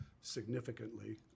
significantly